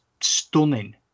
stunning